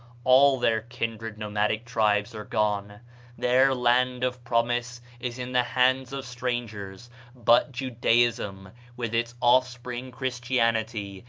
all their kindred nomadic tribes are gone their land of promise is in the hands of strangers but judaism, with its offspring, christianity,